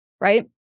right